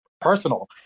personal